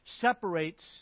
separates